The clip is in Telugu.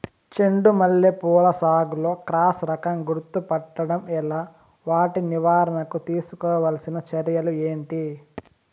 చెండు మల్లి పూల సాగులో క్రాస్ రకం గుర్తుపట్టడం ఎలా? వాటి నివారణకు తీసుకోవాల్సిన చర్యలు ఏంటి?